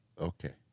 okay